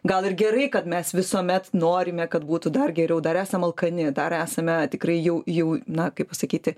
gal ir gerai kad mes visuomet norime kad būtų dar geriau dar esam alkani dar esame tikrai jau jau na kaip pasakyti